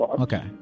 Okay